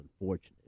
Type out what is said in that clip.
unfortunate